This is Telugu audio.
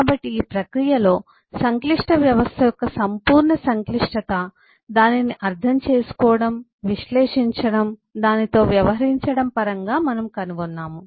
కాబట్టి ఈ ప్రక్రియలో సంక్లిష్ట వ్యవస్థ యొక్క సంపూర్ణ సంక్లిష్టత దానిని అర్థం చేసుకోవడం దానిని విశ్లేషించడం దానితో వ్యవహరించడం పరంగా మనము కనుగొన్నాము